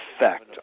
effect